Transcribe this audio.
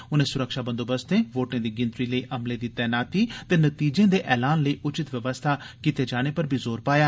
उनें स्रक्षा बंदोबस्तें वोटें दी गिनतरी लेई अमले दी तैनाती ते नतीजें दे ऐलान लेई उचित बवस्था कीते जाने पर जोर पाया